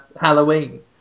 Halloween